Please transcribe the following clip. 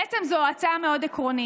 בעצם זו הצעה מאוד עקרונית,